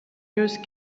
use